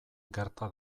gerta